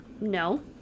No